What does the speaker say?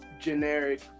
generic